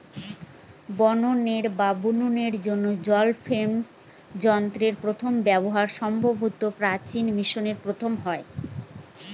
বয়নের বা বুননের জন্য জল ফ্রেম যন্ত্রের প্রথম ব্যবহার সম্ভবত প্রাচীন মিশরে প্রথম হয়